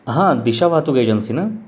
हां दिशा वाहतूक एजन्सी ना